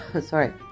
sorry